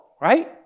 right